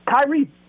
Kyrie